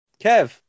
Kev